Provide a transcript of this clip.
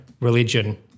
religion